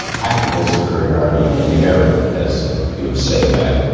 tactical superiority in the area, as you have said mac,